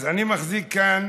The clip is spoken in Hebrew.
אז אני מחזיק כאן